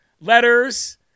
letters